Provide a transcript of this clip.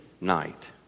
night